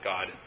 God